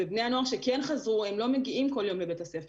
בני הנוער שכן חזרו לא מגיעים כל יום לבית הספר.